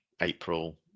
April